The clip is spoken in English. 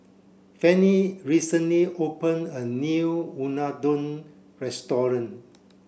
Fanny recently open a new Unadon restaurant